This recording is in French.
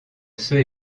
ceux